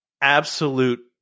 Absolute